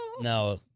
No